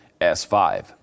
S5